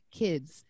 kids